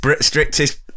strictest